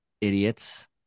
idiots